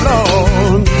Lord